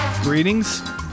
Greetings